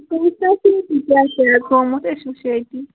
سُہ وٕچھو أسۍ ییٚتی کیٛاہ چھِ گوٚمُت أسۍ وٕچھو ییٚتی